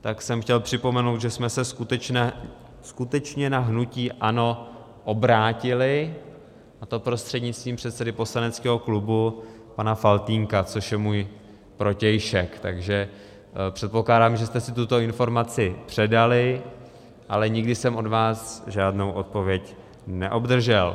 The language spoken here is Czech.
tak jsem chtěl připomenout, že jsme se skutečně na hnutí ANO obrátili, a to prostřednictvím předsedy poslaneckého klubu pana Faltýnka, což je můj protějšek, takže předpokládám, že jste si tuto informaci předali, ale nikdy jsem od vás žádnou odpověď neobdržel.